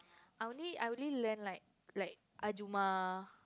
I only I only learn like like ajumma